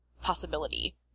possibility